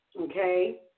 Okay